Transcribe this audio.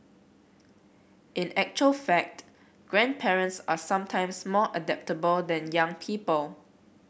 in actual fact grandparents are sometimes more adaptable than young people